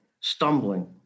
stumbling